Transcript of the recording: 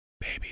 baby